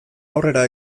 aurrera